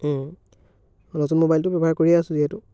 নতুন মোবাইলটো ব্যৱহাৰ কৰিয়ে আছোঁ যিহেতু